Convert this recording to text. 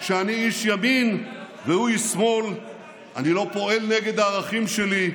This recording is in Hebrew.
שאני איש ימין והוא איש שמאל ואני לא פועל נגד הערכים שלי",